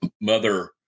mother